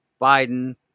Biden